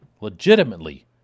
legitimately